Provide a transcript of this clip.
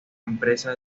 espera